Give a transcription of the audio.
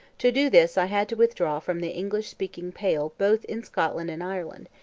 to do this i had to withdraw from the english-speaking pale both in scotland and ireland,